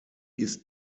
ist